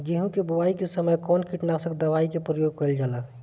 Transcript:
गेहूं के बोआई के समय कवन किटनाशक दवाई का प्रयोग कइल जा ला?